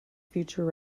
future